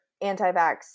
anti-vax